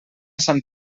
sant